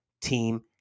team